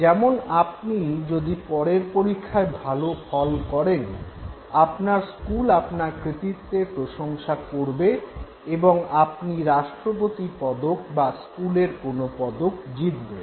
যেমন আপনি যদি পরের পরীক্ষায় ভাল ফল করেন আপনার স্কুল আপনার কৃতিত্বের প্রশংসা করবে এবং আপনি রাষ্ট্রপতি পদক বা স্কুলের কোনো পদক জিতবেন